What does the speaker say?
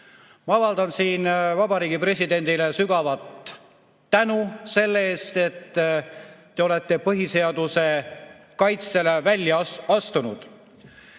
Avaldan siin Vabariigi Presidendile sügavat tänu – selle eest, et te olete põhiseaduse kaitseks välja astunud. Aga